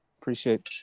appreciate